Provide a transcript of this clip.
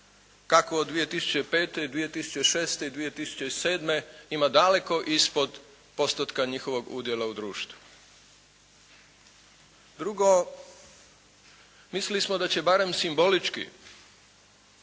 kako 2005., 2006. i 2007. ima daleko ispod postotka njihovog udjela u društvu. Drugo, mislili da će barem simbolički